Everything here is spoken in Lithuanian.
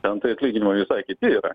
tai ten atlyginimai visai kiti yra